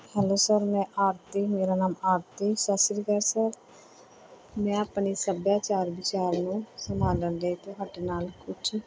hello sir ਮੈਂ ਆਰਤੀ ਮੇਰਾ ਨਾਮ ਆਰਤੀ ਸਤਿ ਸ਼੍ਰੀ ਅਕਾਲ ਸਰ ਮੈਂ ਆਪਣੀ ਸੱਭਿਆਚਾਰ ਵਿਚਾਰ ਨੂੰ ਸੰਭਾਲਣ ਦੇ ਤੁਹਾਡੇ ਨਾਲ ਕੁਝ